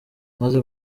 maze